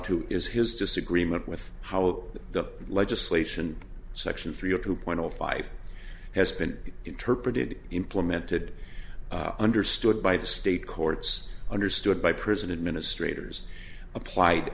to is his disagreement with how the legislation section three zero two point zero five has been interpreted implemented understood by the state courts understood by prison administrator as appl